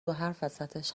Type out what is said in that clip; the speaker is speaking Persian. وسطش